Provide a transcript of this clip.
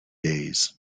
days